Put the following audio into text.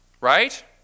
right